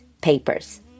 papers